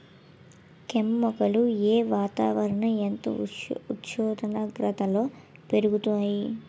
కెమ్ మొక్కలు ఏ వాతావరణం ఎంత ఉష్ణోగ్రతలో పెరుగుతాయి?